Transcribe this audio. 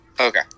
Okay